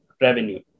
revenue